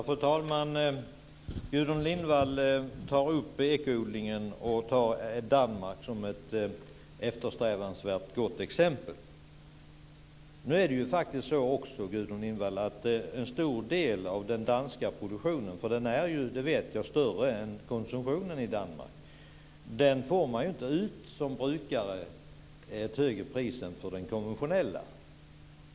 Fru talman! Gudrun Lindvall tar upp den ekologiska odlingen och tar Danmark som ett eftersträvansvärt gott exempel. Det är faktiskt så, Gudrun Lindvall, att man som brukare inte får ut ett högre pris för en stor del av den danska ekologiska produktionen - jag vet att den är större än konsumtionen i Danmark - än för den konventionella.